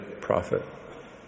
prophet